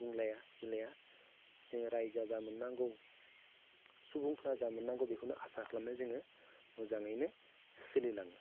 बुंलाया जुलाया जों रायजोआ जा मोननांगौ सुबुंफोरा जा मोननांगौ बेखौनो आसा खालामनानै जोङो मोजाङैनो सोलिलाङो